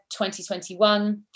2021